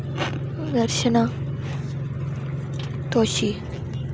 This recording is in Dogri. दर्शना तोशी